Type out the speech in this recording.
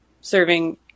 serving